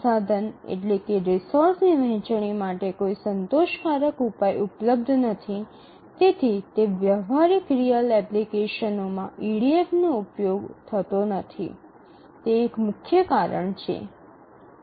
સંસાધન ની વહેંચણી માટે કોઈ સંતોષકારક ઉપાય ઉપલબ્ધ નથી તેથી તે વ્યવહારિક રીઅલ એપ્લિકેશનોમાં ઇડીએફ નો ઉપયોગ થતો નથી તે એક મુખ્ય કારણ છે